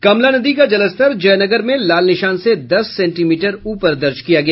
कमला नदी का जलस्तर जयनगर में लाल निशान से दस सेंटीमीटर ऊपर दर्ज किया गया